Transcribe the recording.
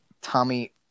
Tommy